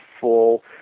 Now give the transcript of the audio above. full